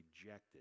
rejected